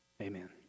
Amen